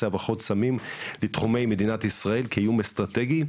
הברחות סמים לתחומי מדינת ישראל כאיום אסטרטגי,